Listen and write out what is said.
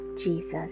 Jesus